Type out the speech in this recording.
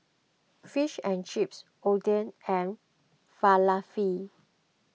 Fish and Chips Oden and Falafel